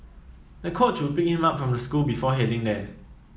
the coach would pick him up from school before heading there